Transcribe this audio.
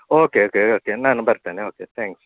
okay okay okay ನಾನು ಬರ್ತೇನೆ okay thanks